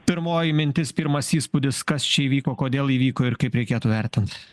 pirmoji mintis pirmas įspūdis kas čia įvyko kodėl įvyko ir kaip reikėtų vertint